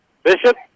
Bishop